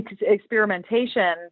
experimentation